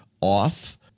off